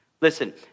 Listen